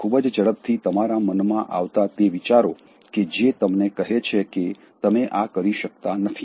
ખુબજ ઝડપથી તમારા મનમાં આવતા તે વિચારો કે જે તમને કહે છે કે તમે આ કરી શકતા નથી